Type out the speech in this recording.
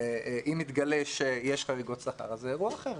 ואם יתגלה שיש חריגות שכר, זה אירוע אחר.